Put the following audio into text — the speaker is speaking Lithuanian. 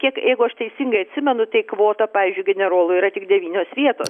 kiek jeigu aš teisingai atsimenu tai kvota pavyzdžiui generolų yra tik devynios vietos